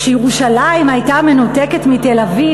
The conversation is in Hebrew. כשירושלים הייתה מנותקת מתל-אביב,